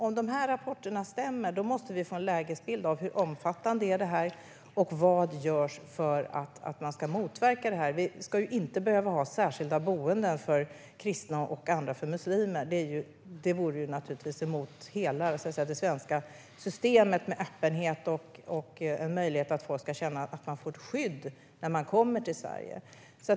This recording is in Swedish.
Om de här rapporterna stämmer måste vi få en lägesbild av hur omfattande det här är och vad som görs för att motverka det. Vi ska inte behöva ha särskilda boenden för kristna och andra för muslimer. Det vore naturligtvis mot hela det svenska systemet med öppenhet och möjlighet för folk att känna att de får skydd när de kommer till Sverige.